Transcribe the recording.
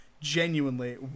genuinely